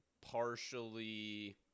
partially